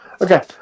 Okay